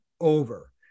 over